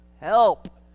help